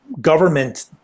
government